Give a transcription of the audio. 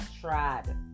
Tried